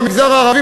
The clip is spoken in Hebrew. מהמגזר הערבי,